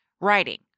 writing